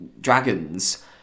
dragons